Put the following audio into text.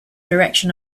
direction